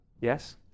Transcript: Yes